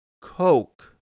Coke